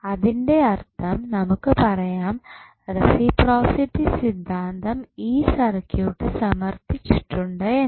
അതിന്റെ അർത്ഥം നമുക്ക് പറയാം റസിപ്രോസിറ്റി സിദ്ധാന്തം ഈ സർക്യൂട്ട് സമർത്ഥിച്ചിട്ടുണ്ട് എന്ന്